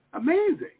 Amazing